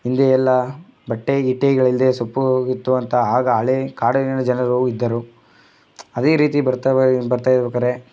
ಹಿಂದೆ ಎಲ್ಲ ಬಟ್ಟೆ ಗಿಟ್ಟೆಗಳಿಲ್ಲದೆ ಸೊಪ್ಪು ಇತ್ತು ಅಂತ ಆಗ ಹಳೆ ಕಾಡಿನ ಜನರೂ ಇದ್ದರು ಅದೇ ರೀತಿ ಬರ್ತಾ ಬರ್ತಾಯಿರೋ ಬೇಕಾದ್ರೆ